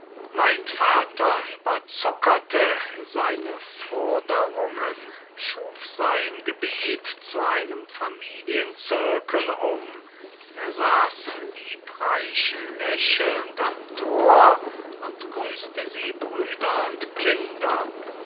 mein vater überzuckerte seine forderungen schuf sein gebieth zu einem familienzirkel um sas liebreich lächelnd am thor und grüßte sie brüder und kinder